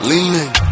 Leaning